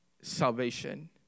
Salvation